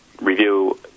Review